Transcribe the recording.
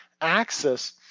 access